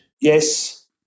Yes